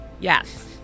Yes